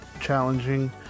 challenging